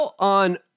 On